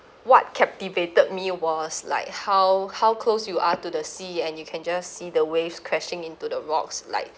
what captivated me was like how how close you are to the sea and you can just see the waves crashing into the rocks like